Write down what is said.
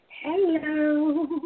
Hello